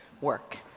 work